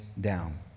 down